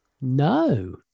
No